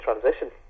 Transition